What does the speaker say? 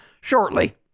shortly